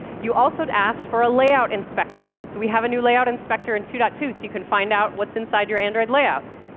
you also had asked for a layout inspector so we have a new layout inspector in two point two so you can find out what's inside your android layouts.